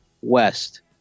West